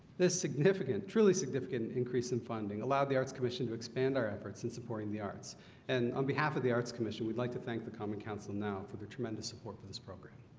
this significant truly significant increase in funding allowed the arts commission to expand our efforts in supporting the arts and on behalf of the arts commission we'd like to thank the common council now for their tremendous support for this program